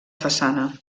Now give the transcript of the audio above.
façana